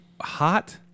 hot